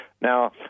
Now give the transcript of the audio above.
Now